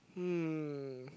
hmm